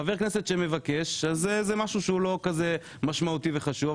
חבר הכנסת מבקש זה לא משהו שהוא כל כך משמעותי וחשוב,